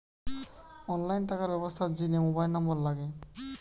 online টাকার ব্যবস্থার জিনে মোবাইল নম্বর লাগে